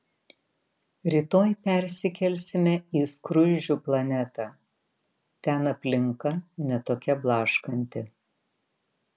rytoj persikelsime į skruzdžių planetą ten aplinka ne tokia blaškanti